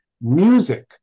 Music